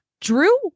Drew